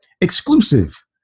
Exclusive